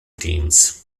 teams